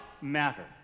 matter